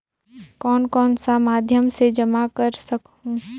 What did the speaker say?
कौन कौन सा माध्यम से जमा कर सखहू?